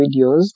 videos